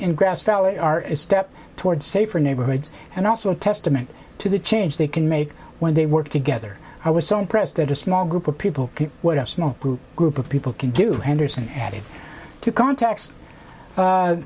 in grass valley are step toward safer neighborhoods and also a testament to the change they can make when they work together i was so impressed that a small group of people what a small group group of people can do henderson had two contacts